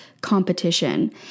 competition